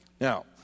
Now